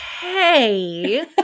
hey